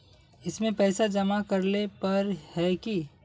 इसमें पैसा जमा करेला पर है की?